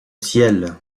ciel